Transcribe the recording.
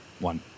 One